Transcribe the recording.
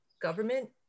government